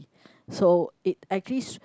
so it actually s~